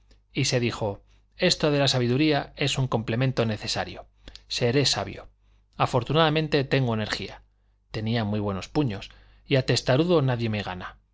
y se dijo esto de la sabiduría es un complemento necesario seré sabio afortunadamente tengo energía tenía muy buenos puños y a testarudo nadie me gana